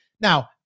Now